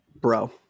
bro